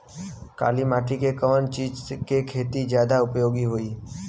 काली माटी में कवन चीज़ के खेती ज्यादा उपयोगी होयी?